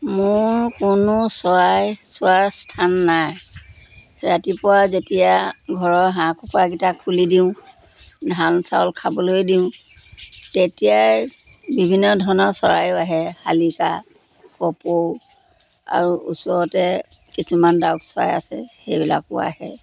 মোৰ কোনো চৰাই চোৱাৰ স্থান নাই ৰাতিপুৱা যেতিয়া ঘৰৰ হাঁহ কুকুৰাকিটা খুলি দিওঁ ধান চাউল খাবলৈ দিওঁ তেতিয়াই বিভিন্ন ধৰণৰ চৰায়ো আহে শালিকা কপৌ আৰু ওচৰতে কিছুমান ডাউক চৰাই আছে সেইবিলাকো আহে